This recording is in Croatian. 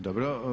Dobro.